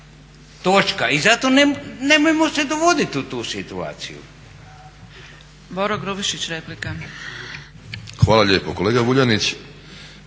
točka. I zato nemojmo se dovoditi u tu situaciju.